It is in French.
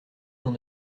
dans